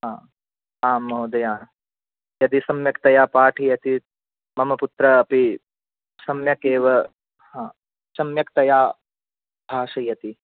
आम् आम् महोदया यदि सम्यक् तया पाठयति मम पुत्र अपि सम्यक् एव सम्यकतया भाषयति